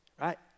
Right